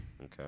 Okay